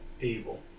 evil